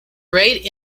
rate